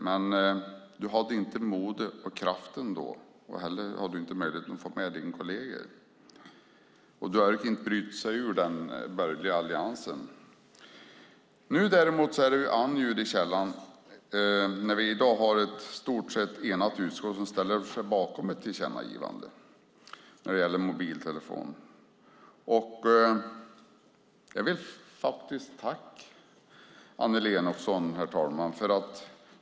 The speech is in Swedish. Men du hade då inte modet och kraften, och du hade inte heller möjlighet att få med dina kolleger. Du har inte brutit dig ur den borgerliga alliansen. Nu är det däremot annat ljud i skällan, när vi i dag har ett i stort sett enigt utskott som ställer sig bakom ett tillkännagivande när det gäller mobiltelefoner. Jag vill faktiskt tacka dig, Annelie Enochson.